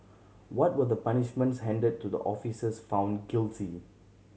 what were the punishments handed to the officers found guilty